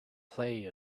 play